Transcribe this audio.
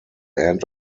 end